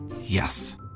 Yes